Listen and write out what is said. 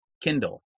Kindle